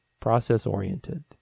process-oriented